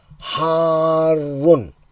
Harun